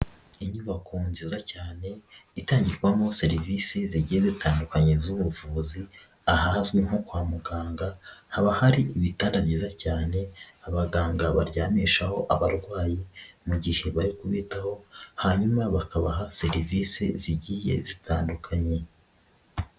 Inyubako nziza cyane itangirwamo serivisi zigiye zitandukanye z'ubuvuzi, ahazwi nko kwa muganga haba hari ibitanda byiza cyane abaganga baryamishaho abarwayi mu gihe bari kubitaho hanyuma bakabaha serivisi zigiye zitandukanye.